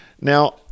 Now